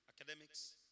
academics